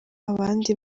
abandi